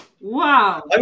Wow